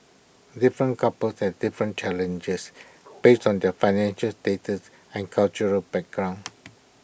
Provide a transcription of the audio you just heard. different couples have different challenges based on their financial status and cultural backgrounds